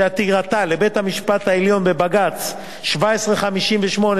שעתירתה לבית-המשפט העליון בבג"ץ 1758/11